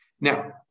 now